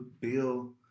Bill